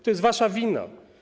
To jest wasza wina.